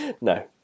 No